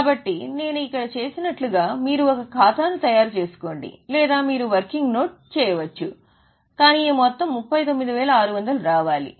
కాబట్టి నేను ఇక్కడ చేసినట్లుగా మీరు ఒక ఖాతాను తయారు చేసుకోండి లేదా మీరు వర్కింగ్ నోట్ చేయవచ్చు కానీ ఈ మొత్తం 39600 రావాలి